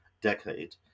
decade